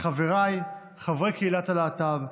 לחבריי חברי קהילת הלהט"ב.